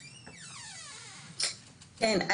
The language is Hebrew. כן,